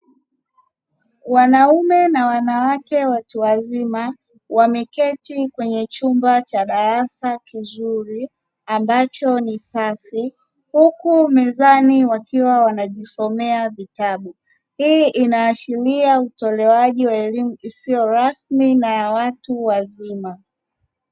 Wanaume na wanawake watu wazima wameketi kwenye chumba cha darasa kizuri ambacho ni safi huku mezani wakiwa wanajisomea vitabu, hii inaashiria utolewaji wa elimu isiyo rasmi na ya watu wazima.